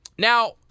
Now